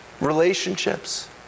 Relationships